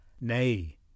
Nay